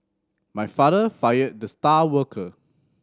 my father fired the star worker